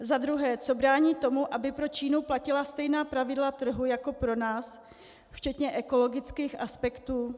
Za druhé, co brání tomu, aby pro Čínu platila stejná pravidla trhu jako pro nás včetně ekologických aspektů?